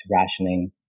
rationing